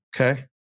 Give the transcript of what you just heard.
Okay